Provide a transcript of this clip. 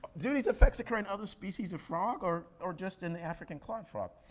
do these effects occur in other species of frog, or or just in the african clawed frog?